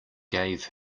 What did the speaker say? gave